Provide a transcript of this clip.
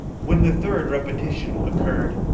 when the third repetition occurred.